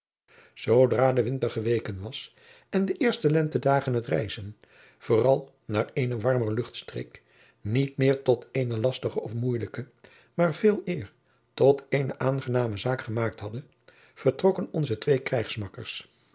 zoodra de winter geweken was en de eerste lentedagen het reizen vooral naar eene warmer luchtstreek niet meer tot eene lastige of moeilijke maar veeleer tot eene aangename zaak gemaakt hadden vertrokken onze twee krijgsmakkers